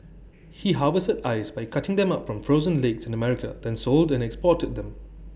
he harvested ice by cutting them up from frozen lakes in America then sold and exported them